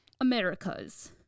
Americas